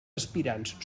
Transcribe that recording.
aspirants